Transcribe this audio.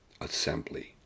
assembly